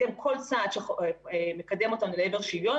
לקדם כל צעד שמקדם אותנו לעבר שוויון,